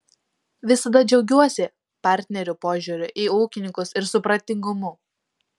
visada džiaugiuosi partnerių požiūriu į ūkininkus ir supratingumu